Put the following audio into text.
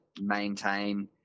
maintain